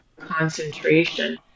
concentration